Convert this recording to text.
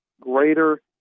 greater